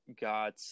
got